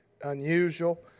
unusual